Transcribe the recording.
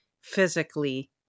physically